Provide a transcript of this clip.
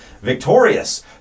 Victorious